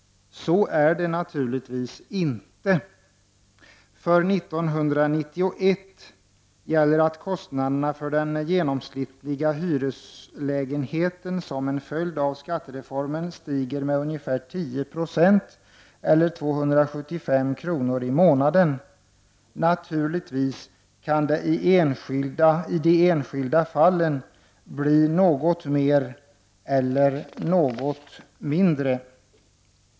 Så är det naturligtvis inte. För 1991 gäller att kostnaden för den genomsnittliga hyreslägenheten, som en följd av skattereformen, stiger med ungefär 10 % eller 275 kr. i månaden. Naturligtvis kan det i de enskilda fallen bli något mer eller något mindre.''